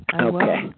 Okay